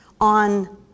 on